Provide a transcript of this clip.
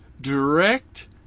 direct